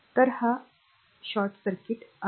तर हा short circuit आहे